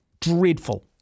Dreadful